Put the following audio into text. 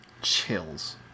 Chills